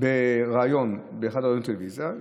בריאיון באחד מערוצי הטלוויזיה.